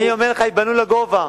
אני אומר לך: יבנו לגובה.